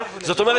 זאת אומרת,